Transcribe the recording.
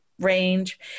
range